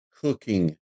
cooking